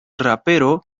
rapero